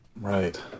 Right